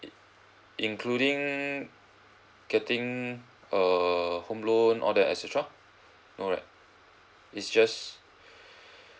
i~ including getting err home loan all that et cetera no right is just